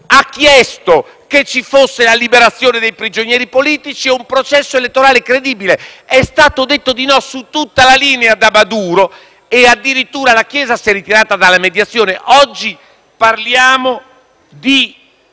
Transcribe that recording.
ha chiesto la liberazione dei prigionieri politici e un processo elettorale credibile. È stato risposto di no su tutta la linea da Maduro e, addirittura, la Chiesa si è ritirata dalla mediazione. Oggi parliamo di